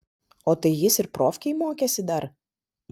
o tai jis ir profkėj mokėsi dar